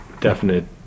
definite